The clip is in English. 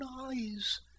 eyes